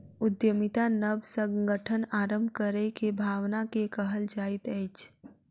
उद्यमिता नब संगठन आरम्भ करै के भावना के कहल जाइत अछि